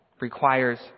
requires